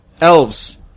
elves